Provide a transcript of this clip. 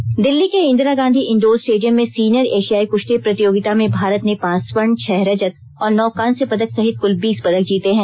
कुश्ती दिल्ली के Indira Gandhi indoor stadium में सीनियर एशियाई कृश्ती प्रतियोगिता में भारत ने पांच स्वर्ण छह रजत और नौ कांस्य पदक सहित कल बीस पदक जीते हैं